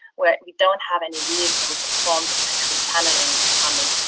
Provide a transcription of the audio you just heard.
where we don't have any vehicles or funds are actually channeling funding.